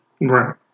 Right